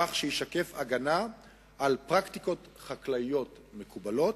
כך שישקף הגנה על פרקטיקות חקלאיות מקובלות,